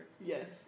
Yes